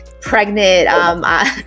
pregnant